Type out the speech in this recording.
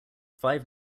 five